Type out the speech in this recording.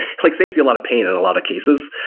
it like saves you a lot of pain in a lot of cases.